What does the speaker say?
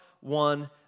one